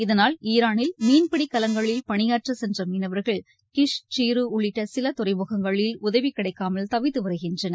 இதனால் ஈரானில் மீன்பிடி கலங்களில் பணியாற்றச் சென்ற மீனவர்கள் கிஷ் சீரு உள்ளிட்ட சில துறைமுகங்களில் உதவி கிடைக்காமல் தவித்து வருகின்றனர்